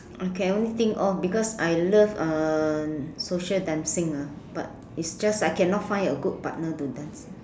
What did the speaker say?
I can only think of because I love uh social dancing ah but it's just I cannot find a good partner to dance